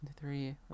three